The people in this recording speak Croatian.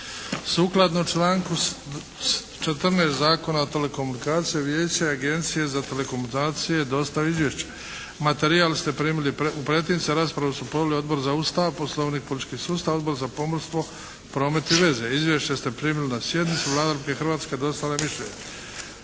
Sukladno članku 14. Zakona o telekomunikacijama Vijeće Agencije za telekomunikacije dostavilo je izvješće. Materijal ste primili u pretince. Raspravu su proveli Odbor za Ustav, poslovnik i politički sustav, Odbor za pomorstvo, promet i veze. Izvješća ste primili na sjednici. Vlada Republike Hrvatske dostavila je mišljenje.